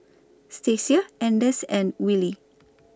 Stacia Anders and Willie